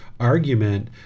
Argument